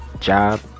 job